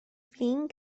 flin